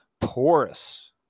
porous